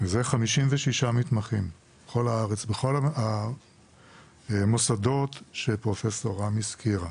56 מתמחים בכל הארץ בכל המוסדות שפרופ' רם הזכירה.